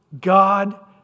God